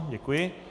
Děkuji.